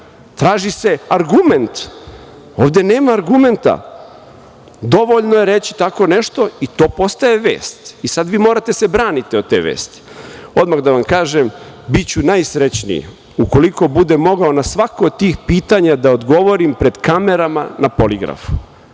traži se argument. Ovde nema argumenta, dovoljno je reći tako nešto i to postaje vest. Sad vi morate da se branite od te vesti. Odmah da vam kažem, biću najsrećniji ukoliko budem mogao na svako od tih pitanja da odgovorim pred kamerama na poligrafu,